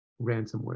ransomware